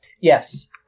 Yes